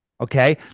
Okay